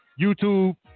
YouTube